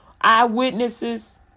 eyewitnesses